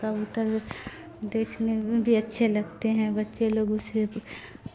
کبوتر دیکھنے میں بھی اچھے لگتے ہیں بچے لوگ اسے